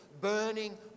burning